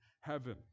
heaven